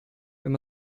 wenn